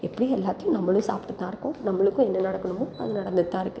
எப்படி எல்லாத்தையும் நம்மளும் சாப்பிட்டு தான் இருக்கோம் நம்மளுக்கும் என்ன நடக்கணுமோ அது நடந்துட்டு தான் இருக்குது